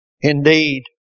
Indeed